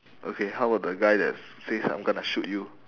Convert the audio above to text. okay how about the guy that says I'm gonna shoot you